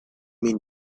mean